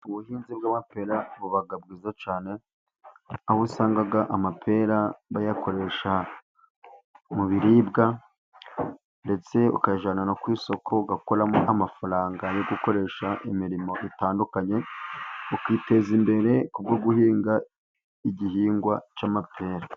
Ubuhinzi bw'amapera buba bwiza cyane, aho usanga amapera bayakoresha mu biribwa, ndetse uyajyana ku isoko ugakuramo amafaranga yo gukoresha imirimo itandukanye, ukiteza imbere ku bwo guhinga igihingwa cy'amapera.